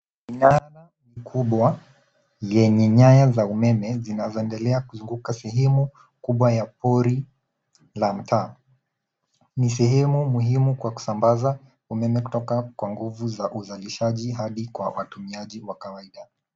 Mnara mkubwa yenye nyaya za umeme zinazoendelea kuzunguka sehemu kubwa ya pori la mtaa. Ni sehemu muhimu kwa kusambaza umeme kutoka kwa nguvu za uzalishaji hadi kwa watumiaji wa kawaida.